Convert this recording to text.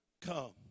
come